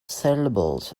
syllables